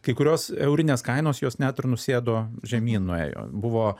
kai kurios eurinės kainos jos net ir nusėdo žemyn nuėjo buvo